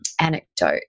anecdote